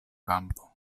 campo